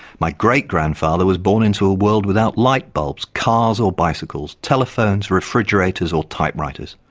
my great-grandfather was born into a world without light bulbs, cars or bicycles, telephones, refrigerators or typewriters.